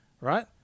right